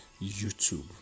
YouTube